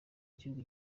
gihugu